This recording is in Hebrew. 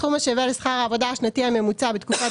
סכום השווה לשכר העבודה השנתי הממוצע בתקופת